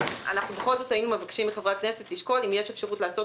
אנחנו בכל זאת היינו מבקשים מחברי הכנסת לשקול אם יש אפשרות לעשות